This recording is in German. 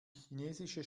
chinesische